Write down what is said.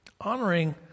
honoring